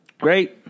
great